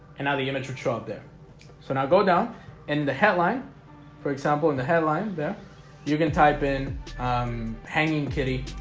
and now the image should show up there. so now go down in the headline for example in the headline there you can type in hanging kitty